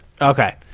Okay